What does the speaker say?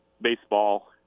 baseball